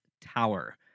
Tower